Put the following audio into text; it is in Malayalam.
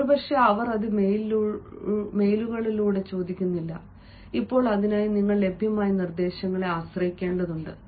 ഒരുപക്ഷേ അവർ അത് മെയിലുകളിലൂടെ ചോദിക്കുന്നില്ല ഇപ്പോൾ അതിനായി നിങ്ങൾ ലഭ്യമായ നിർദ്ദേശങ്ങളെ ആശ്രയിക്കേണ്ടതുണ്ട്